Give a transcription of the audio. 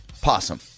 Possum